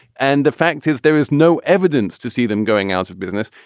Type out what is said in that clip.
and the fact is there is no evidence to see them going out of business.